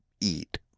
eat